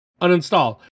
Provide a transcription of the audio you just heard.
Uninstall